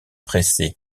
pressées